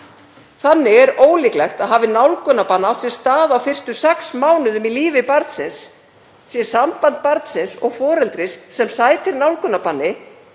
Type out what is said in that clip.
Þannig er ólíklegt að hafi nálgunarbann átt sér stað á fyrstu sex mánuðum í lífi barnsins sé samband barnsins og foreldris sem sætir nálgunarbanni